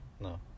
no